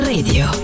Radio